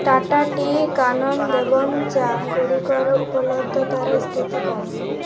Tata tea Kanan Devan ଚାଗୁଡ଼ିକର ଉପଲବ୍ଧତାର ସ୍ଥିତି କ'ଣ